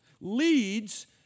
leads